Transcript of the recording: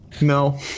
No